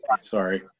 sorry